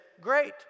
great